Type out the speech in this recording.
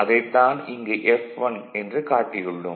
அதைத் தான் இங்கு 'F1' என்று காட்டியுள்ளோம்